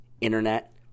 internet